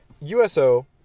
USO